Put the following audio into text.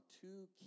two